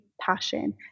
passion